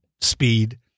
speed